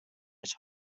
its